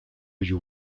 you